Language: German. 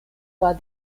war